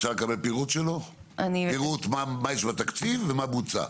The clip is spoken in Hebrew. אפשר לקבל פירוט מה יש בתקציב ומה בוצע?